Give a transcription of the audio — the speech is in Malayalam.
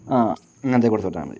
ആ അങ്ങനത്തെ കൊടുത്തു വിട്ടാൽ മതി